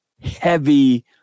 heavy